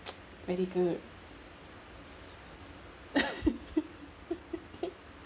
very good